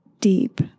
deep